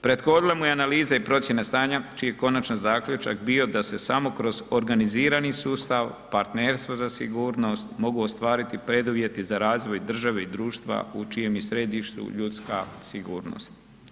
Prethodila mu je analiza i procjena stanja čiji je konačan zaključak bio da se samo kroz organizirani sustav, partnerstvo za sigurnost mogu ostvariti preduvjeti z arazvoj države i društva u čijem je središtu ljudska sigurnost.